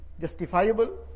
justifiable